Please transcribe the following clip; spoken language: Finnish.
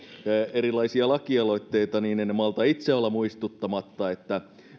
erilaisia lakialoitteita niin en malta itse olla muistuttamatta että